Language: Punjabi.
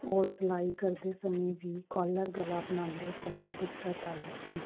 ਉਹ ਸਿਲਾਈ ਕਰਦੇ ਸਮੇਂ ਵੀ ਕੋਲਰ ਗਲਾ ਬਣਾਉਂਦੇ ਸਮੇਂ ਦਿੱਕਤ ਆਈ ਸੀ